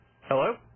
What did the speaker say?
Hello